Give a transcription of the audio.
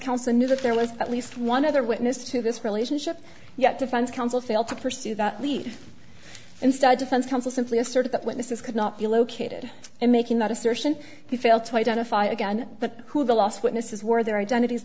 counsel knew that there was at least one other witness to this relationship yet defense counsel failed to pursue that lead instead defense counsel simply asserted that witnesses could not be located and making that assertion he failed to identify again but who the last witnesses were their identities